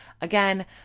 Again